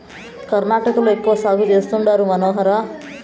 కర్ణాటకలో ఎక్కువ సాగు చేస్తండారు మనోహర